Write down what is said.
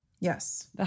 Yes